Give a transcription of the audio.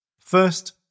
First